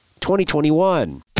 2021